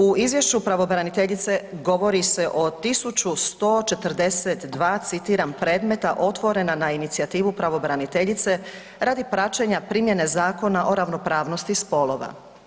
U izvješću pravobraniteljice govori se o 1.142 citiram predmeta otvorena na inicijativu pravobraniteljice radi praćenja primjene Zakona o ravnopravnosti spolova.